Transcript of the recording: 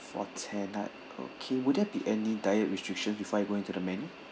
for ten ah okay would there be any diet restrictions before I go into the menu